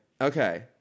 Okay